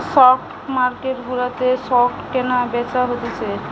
stock market গুলাতে stock কেনা বেচা হতিছে